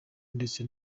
ndetse